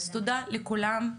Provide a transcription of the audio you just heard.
תודה לכולם.